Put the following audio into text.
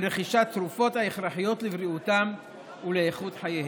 רכישת תרופות ההכרחיות לבריאותם ולאיכות חייהם.